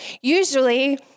usually